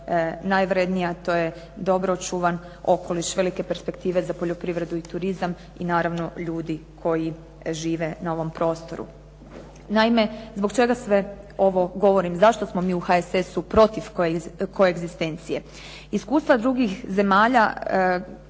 najvrednije, a to je dobro očuvan okoliš, velike perspektive za poljoprivredu i turizam, i naravno ljudi koji žive na ovom prostoru. Naime, zbog čega sve ovo govorim. Zašto smo mi u HSS-u protiv koegzistencije? Iskustva drugih zemalja